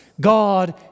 God